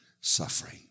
suffering